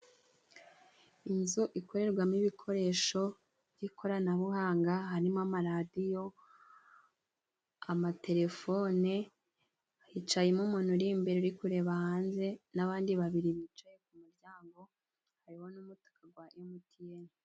Inzu ikorerwamo ibikoresho by'ikoranabuhanga, harimo amaradiyo, amatelefone, yicayemo umuntu uri imbere, uri kureba hanze, n'abandi babiri bicaye ku muryango, hari n'umutaka wa emutiyeni.